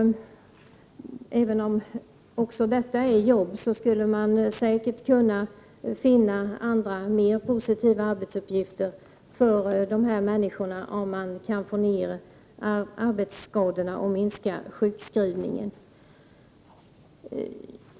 Även om detta är ett arbete, skulle man säkert kunna finna andra mer positiva arbetsuppgifter för dessa människor, om man kan få ner arbetsskadorna och minska sjukskrivningarna.